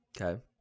Okay